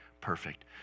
perfect